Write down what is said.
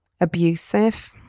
abusive